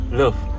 love